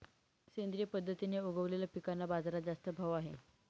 सेंद्रिय पद्धतीने उगवलेल्या पिकांना बाजारात जास्त भाव आहे